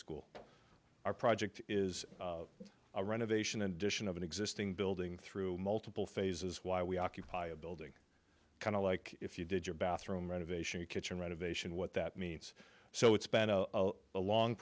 school our project is a renovation addition of an existing building through multiple phases why we occupy a building kind of like if you did your bathroom renovation a kitchen renovation what that means so it's been a long